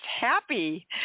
happy